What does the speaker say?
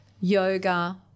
yoga